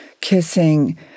kissing